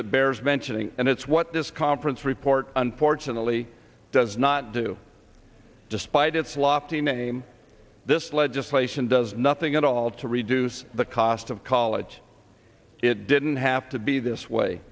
that bears mentioning and it's what this conference report unfortunately does not do despite its lofty name this legislation does nothing at all to reduce the cost of college it didn't have to be this way